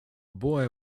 boy